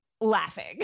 laughing